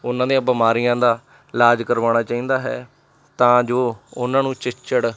ਉਹਨਾਂ ਦੀਆਂ ਬਿਮਾਰੀਆਂ ਦਾ ਇਲਾਜ ਕਰਵਾਉਣਾ ਚਾਹੀਦਾ ਹੈ ਤਾਂ ਜੋ ਉਹਨਾਂ ਨੂੰ ਚਿੱਚੜ